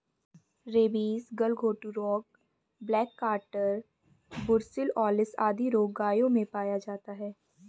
rabies, गलघोंटू रोग, black quarter, brucellosis आदि रोग गायों में पाया जाता है